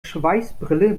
schweißbrille